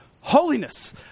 holiness